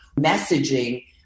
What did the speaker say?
messaging